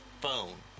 phone